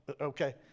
Okay